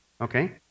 okay